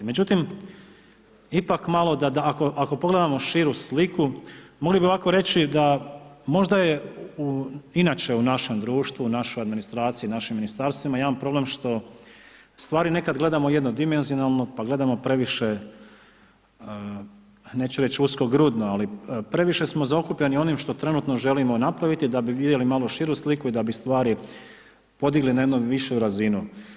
Međutim, ipak malo, ako pogledamo širu sliku, mogli bi ovako reći da možda je inače u našem društvu u našoj administraciji, u našim ministarstvima jedan problem, što stvari nekada gledamo jednodimenzionalno, pa gledamo previše neću reći usko grudno, ali previše smo zaokupljenim onim što trenutno želimo napraviti, da bi vidjeli malo širu sliku i da bi stvari podigli na jednu višu razinu.